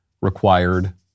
required